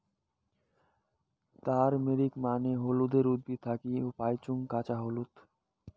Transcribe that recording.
turmeric মানে হলুদের উদ্ভিদ থাকি পাইচুঙ কাঁচা হলুদ